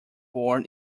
born